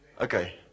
Okay